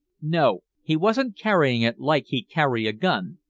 no, he wasn't carrying it like he'd carry a gun.